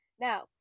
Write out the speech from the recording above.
Now